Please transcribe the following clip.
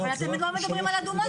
אבל אתם לא מדברים על אדומות.